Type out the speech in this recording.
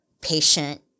patient